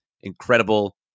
incredible